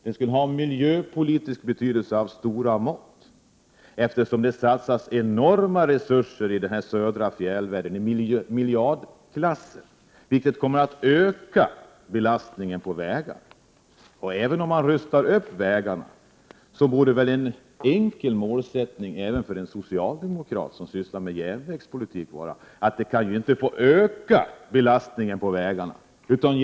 Den skulle också ha miljöpolitisk betydelse av stora mått, eftersom det satsas resurser i miljardklassen på den södra fjällvärlden, vilket kommer att öka belastningen på vägarna. Även om man rustar upp vägarna borde det vara en naturlig målsättning även för en socialdemokrat som ägnar sig åt järnvägspolitik att belastningen på vägarna inte kan få öka.